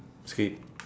skip